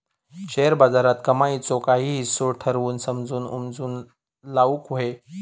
share बाजारात कमाईचो काही हिस्सो ठरवून समजून उमजून लाऊक व्हये